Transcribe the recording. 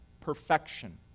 perfection